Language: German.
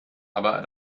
aber